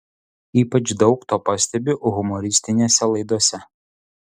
ypač daug to pastebiu humoristinėse laidose